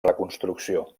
reconstrucció